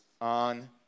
on